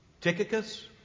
Tychicus